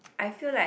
I feel like